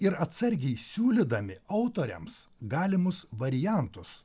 ir atsargiai siūlydami autoriams galimus variantus